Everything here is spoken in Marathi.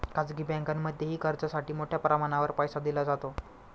खाजगी बँकांमध्येही कर्जासाठी मोठ्या प्रमाणावर पैसा दिला जातो